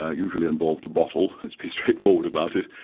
ah usually involved a bottle, let's be straightforward about it,